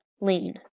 Lean